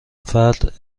فرد